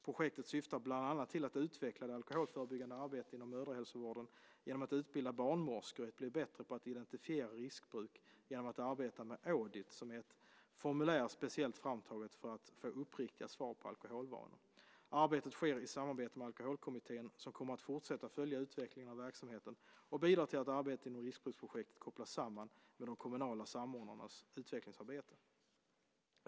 Projektet syftar bland annat till att utveckla det alkoholförebyggande arbetet inom mödrahälsovården genom att utbilda barnmorskor i att bli bättre på att identifiera riskbruk genom att arbeta med Audit, som är ett formulär speciellt framtaget för att få uppriktiga svar på alkoholvanor. Arbetet sker i samarbete med Alkoholkommittén, som kommer att fortsätta att följa utvecklingen av verksamheten och bidra till att arbetet inom Riskbruksprojektet kopplas samman med de kommunala samordnarnas utvecklingsarbete.